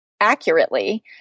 accurately